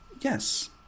Yes